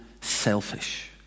selfish